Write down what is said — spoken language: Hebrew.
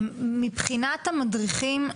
לגבי המדריכים.